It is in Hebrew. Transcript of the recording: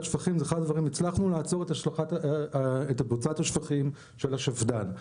הצלחנו לעצור את בוצת השפכים של השפד"ן,